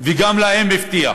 וגם להם הוא הבטיח,